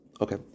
okay